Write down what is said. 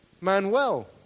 Manuel